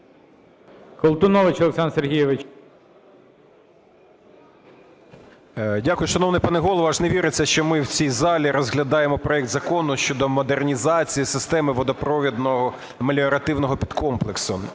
Дякую, шановний пане Голово. Аж не віриться, що ми в цій залі розглядаємо проект закону щодо модернізації системи водопровідно-меліоративного підкомплексу.